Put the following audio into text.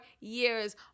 years